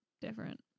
different